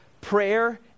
Prayer